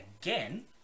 again